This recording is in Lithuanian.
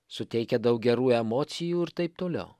suteikia daug gerų emocijų ir taip toliau